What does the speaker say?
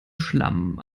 schlamm